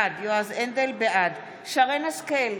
בעד שרן השכל,